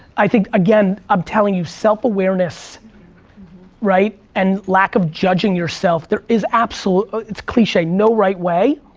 i think again, i'm telling you, self-awareness, right? and lack of judging yourself. there is absolute, it's cliche, no right way.